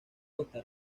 costa